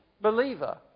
believer